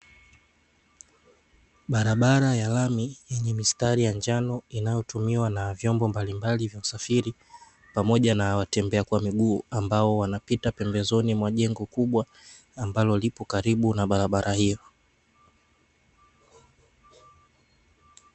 Barabara ya lami yenye mistari ya njano, inayotumiwa na vyombo mbalimbali vya usafiri pamoja na watembea kwa miguu, ambao wanapita pembezoni mwa jengo kubwa ambalo lipo karibu na barabara hiyo.